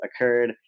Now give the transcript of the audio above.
occurred